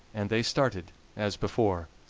and they started as before.